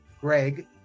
Greg